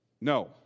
No